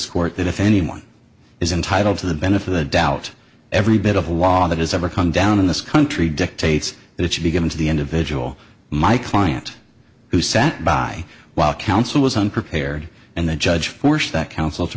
court that if anyone is entitled to the benefit of doubt every bit of law that has ever come down in this country dictates that it should be given to the individual my client who sat by while counsel was unprepared and the judge forced that counsel to